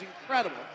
incredible